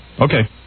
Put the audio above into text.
Okay